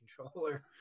controller